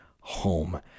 home